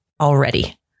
already